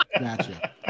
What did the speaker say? gotcha